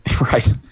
right